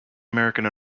american